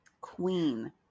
queen